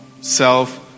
self